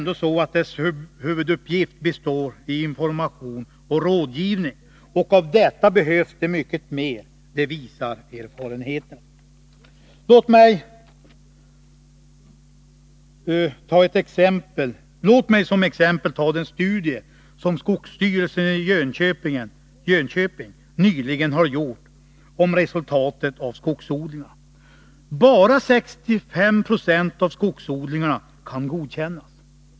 Dess huvuduppgift består i information och rådgivning, och av detta behövs det mycket mer, det visar erfarenheterna. Låt mig som exempel ta den studie som skogsvårdsstyrelsen i Jönköping nyligen har gjort om resultatet av skogsodlingarna. Bara 65 96 av skogsodlingarna kan godkännas.